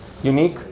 Unique